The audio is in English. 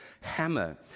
hammer